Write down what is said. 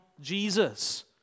Jesus